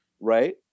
right